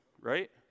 right